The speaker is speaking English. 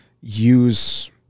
use